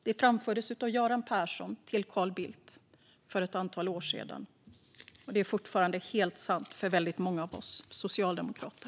Det sa Göran Persson till Carl Bildt för ett antal år sedan, och det är fortfarande helt sant för många av oss socialdemokrater.